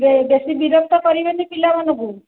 ବେଶୀ ବିରକ୍ତ କରିବେନି ପିଲାମାନଙ୍କୁ